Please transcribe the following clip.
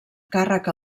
càrrec